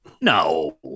no